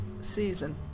season